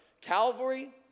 Calvary